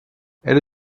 elle